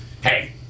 hey